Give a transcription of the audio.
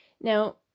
Now